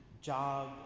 job